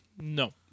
No